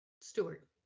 Stewart